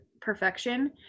perfection